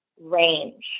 range